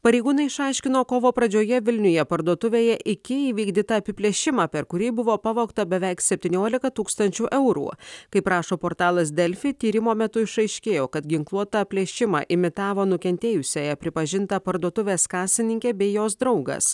pareigūnai išaiškino kovo pradžioje vilniuje parduotuvėje iki įvykdytą apiplėšimą per kurį buvo pavogta beveik septyniolika tūkstančių eurų kaip rašo portalas delfi tyrimo metu išaiškėjo kad ginkluotą plėšimą imitavo nukentėjusiąja pripažinta parduotuvės kasininkė bei jos draugas